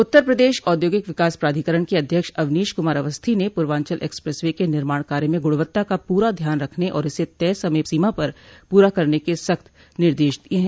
उत्तर प्रदेश औद्योगिक विकास प्राधिकरण के अध्यक्ष अवनीश कुमार अवस्थी ने पूर्वांचल एक्सप्रेस वे के निर्माण कार्य में गुणवत्ता का पूरा ध्यान रखने और इसे तय समय सीमा पर पूरा करने के सख्त निर्देश दिये हैं